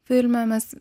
filme mes